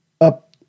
up